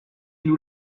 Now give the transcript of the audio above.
nous